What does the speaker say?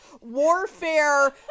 warfare